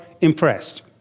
impressed